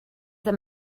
that